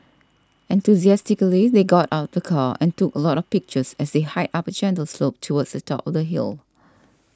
enthusiastically they got out the car and took a lot of pictures as they hiked up a gentle slope towards the top of the hill